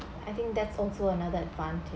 I think that's also another advantage